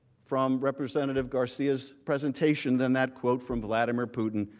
from representative garcia's presentation, then that quote from vladimir putin,